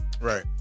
Right